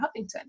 Huffington